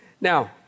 Now